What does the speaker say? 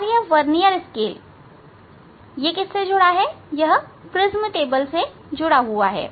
और vernier scale prism table से जुड़ा हुआ है